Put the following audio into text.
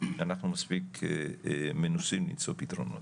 אנחנו מספיק מנוסים למצוא פתרונות.